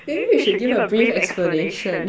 maybe we should give her a brief explanation